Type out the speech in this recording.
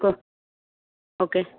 okay